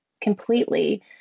completely